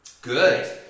Good